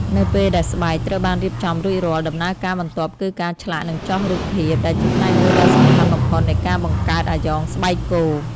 នៅពេលដែលស្បែកត្រូវបានរៀបចំរួចរាល់ ដំណើរការបន្ទាប់គឺការឆ្លាក់និងចោះរូបភាពដែលជាផ្នែកមួយដ៏សំខាន់បំផុតនៃការបង្កើតអាយ៉ងស្បែកគោ។